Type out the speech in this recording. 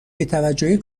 بیتوجهی